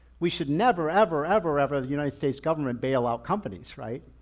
we should never, ever, ever, ever as united states government bail out companies, right?